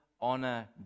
honor